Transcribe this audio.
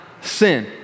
sin